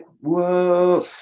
whoa